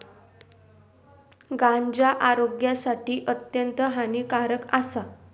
गांजा आरोग्यासाठी अत्यंत हानिकारक आसा